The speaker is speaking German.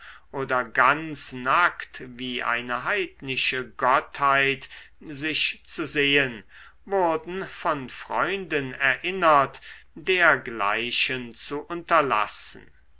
oder ganz nackt wie eine heidnische gottheit sich zu sehen wurden von freunden erinnert dergleichen zu unterlassen